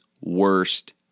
worst